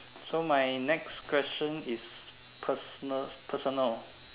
so my next question is personal personal